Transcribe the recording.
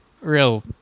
real